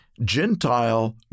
Gentile